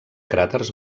cràters